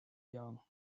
young